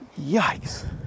yikes